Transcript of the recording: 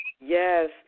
Yes